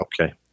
Okay